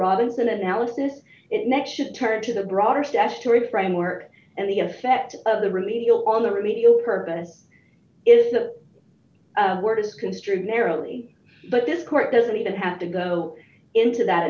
robinson analysis next should turn to the broader statutory framework and the effect of the remedial on the remedial purpose is a word is construed merrily but this court doesn't even have to go into that